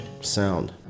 sound